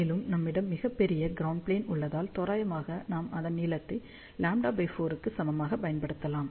மேலும் நம்மிடம் மிகப் பெரிய க்ரௌண்ட் ப்ளேன் உள்ளதால் தோராயமாக நாம் இதன் நீளத்தை λ4 க்கு சமமாக பயன்படுத்தலாம்